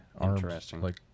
Interesting